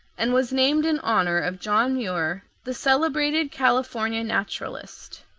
and was named in honor of john muir, the celebrated california naturalist.